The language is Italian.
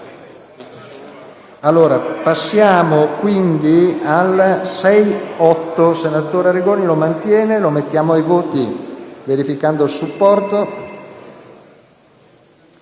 Passiamo quindi alla